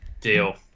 Deal